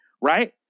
right